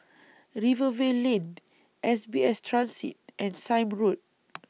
Rivervale Lane S B S Transit and Sime Road